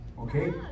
Okay